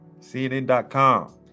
cnn.com